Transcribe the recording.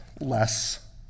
less